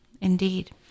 indeed